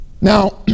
Now